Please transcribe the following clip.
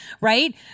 right